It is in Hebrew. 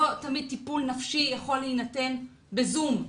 לא תמיד טיפול נפשי יכול להינתן ב-זום,